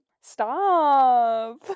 stop